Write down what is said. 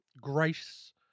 Grace